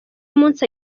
umunsi